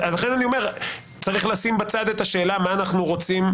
אז לכן אני אומר: צריך לשים בצד את השאלה מה אנחנו רוצים